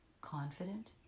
confident